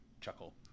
chuckle